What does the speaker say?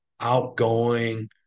outgoing